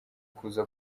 kuza